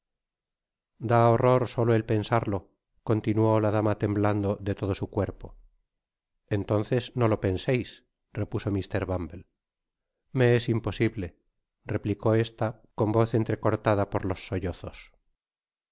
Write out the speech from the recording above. solo el pensarlo continuó la dama temblando de lodo su cuerpo entonces no lo pensris repaso mr bumble mees imposible replicó estacon voz entrecortada por los